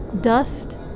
dust